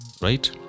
Right